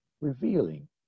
revealing